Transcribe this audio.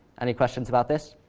any questions about this?